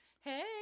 Hey